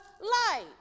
light